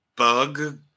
Bug